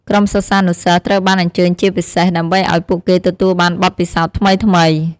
ក្រុមសិស្សានុសិស្សត្រូវបានអញ្ជើញជាពិសេស ដើម្បីអោយពួកគេទទួលបានបទពិសោធន៍ថ្មីៗ។